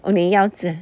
oh 你要教